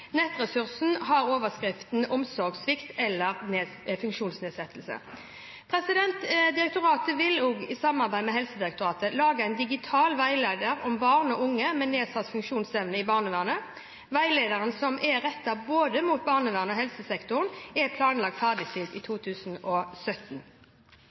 Nettressursen har overskriften «Omsorgssvikt eller funksjonsnedsettelse?» Direktoratet vil også, i samarbeid med Helsedirektoratet, lage en digital veileder om barn og unge med nedsatt funksjonsevne i barnevernet. Veilederen, som er rettet både mot barneverns- og helsesektoren, er planlagt ferdigstilt i